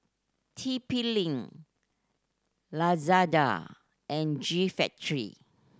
T P Link Lazada and G Factory